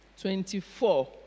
Twenty-four